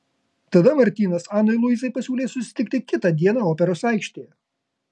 tada martynas anai luizai pasiūlė susitikti kitą dieną operos aikštėje